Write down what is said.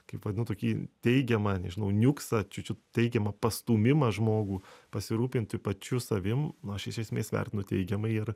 kaip vadinu tokį teigiamą nežinau niuksą čiut čiut teigiamą pastūmimą žmogų pasirūpinti pačiu savim nu aš iš esmės vertinu teigiamai ir